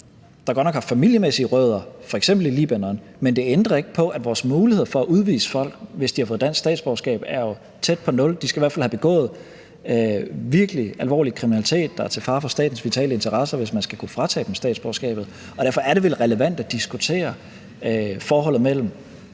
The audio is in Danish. der godt nok har familiemæssige rødder i f.eks. Libanon. Men det ændrer ikke på, at vores muligheder for at udvise folk, hvis de har fået dansk statsborgerskab, er tæt på nul. De skal i hvert fald have begået virkelig alvorlig kriminalitet, der er til fare for statens vitale interesser, hvis man skal kunne fratage dem statsborgerskabet, og derfor er det vel relevant at diskutere, hvor kriminel